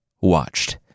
watched